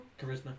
charisma